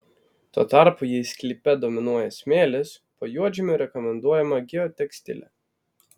tuo tarpu jei sklype dominuoja smėlis po juodžemiu rekomenduojama geotekstilė